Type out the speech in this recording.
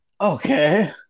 Okay